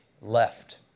left